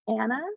Anna